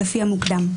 לפי המוקדם,"